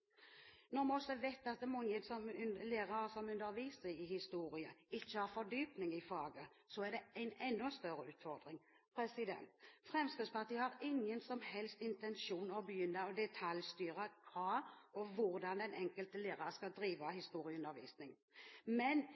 Når vi også vet at mange lærere som underviser i historie, ikke har fordypning i faget, er det en enda større utfordring. Fremskrittspartiet har ingen som helst intensjon om å begynne å detaljstyre hvordan den enkelte lærer skal drive historieundervisning. Men